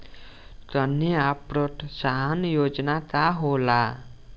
कन्या प्रोत्साहन योजना का होला?